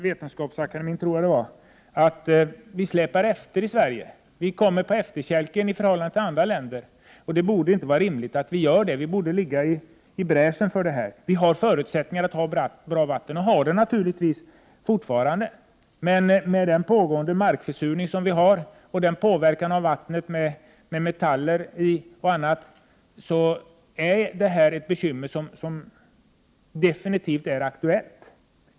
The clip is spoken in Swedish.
Vetenskapsakademien att vi i Sverige kommer på efterkälken i förhållande till andra länder. Det borde inte vara rimligt, vi borde gå i bräschen. Vi har förutsättningar för att ha bra vatten — och har det naturligtvis fortfarande. Men den pågående markförsurningen och påverkan på vattnet av metaller och annat innebär ett bekymmer som definitivt är aktuellt.